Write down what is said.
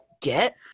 get